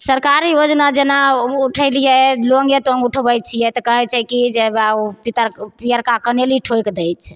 सरकारी योजना जेना उठेलिए लोने तऽ हम उठबै छिए तऽ कहै छै कि जे होबै ओ पितर पिइरका कनैली ठोकि दै छै